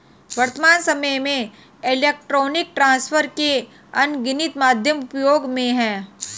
वर्त्तमान सामय में इलेक्ट्रॉनिक ट्रांसफर के अनगिनत माध्यम उपयोग में हैं